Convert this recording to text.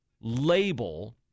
label